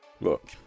Look